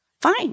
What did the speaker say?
fine